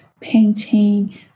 painting